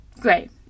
Great